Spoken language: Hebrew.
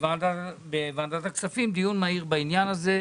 בוועדת הכספים בעניין הזה.